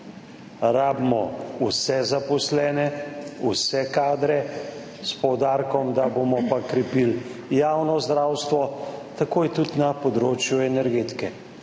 vse zaposlene, vse kadre, s poudarkom na tem, da bomo krepili javno zdravstvo, tako je tudi na področju energetike.